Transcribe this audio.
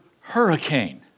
hurricane